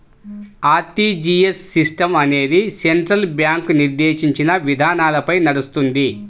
RTGS system అనేది central bank నిర్దేశించిన విధానాలపై నడుస్తుంది